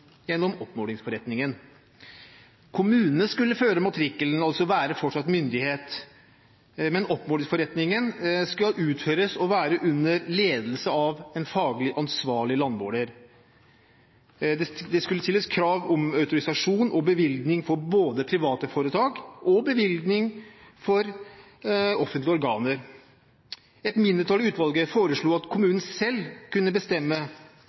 gjennom oppmålingsforretningen. Kommunene skulle føre matrikkelen, altså være fortsatt myndighet, men oppmålingsforretningen skulle utføres eller være under ledelse av en faglig ansvarlig landmåler. Det skulle stilles krav om autorisasjon og bevilling for både private foretak og offentlige organer. Et mindretall i utvalget foreslo at kommunen selv kunne bestemme